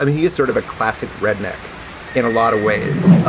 um he is sort of a classic redneck in a lot of ways,